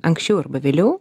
anksčiau arba vėliau